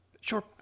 Sure